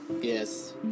Yes